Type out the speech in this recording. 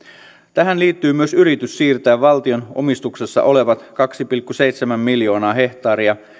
tähän liittyy myös yritys siirtää valtion omistuksessa olevat kaksi pilkku seitsemän miljoonaa hehtaaria